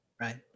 Right